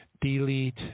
Delete